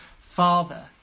Father